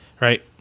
right